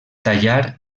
tallar